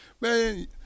man